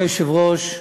אדוני היושב-ראש,